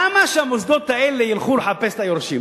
למה שהמוסדות האלה ילכו לחפש את היורשים?